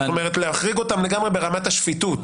זאת אומרת, להחריג אותן לגמרי ברמת השפיטות.